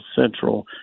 central